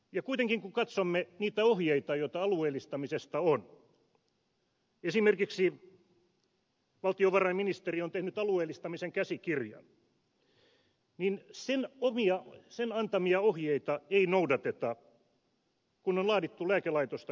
ja kuitenkin kun katsomme niitä ohjeita joita alueellistamisesta on esimerkiksi valtiovarainministeri on tehnyt alueellistamisen käsikirjan niin sen antamia ohjeita ei noudateta kun on laadittu lääkelaitosta koskeva alueellistamisselvitys